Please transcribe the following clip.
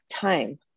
time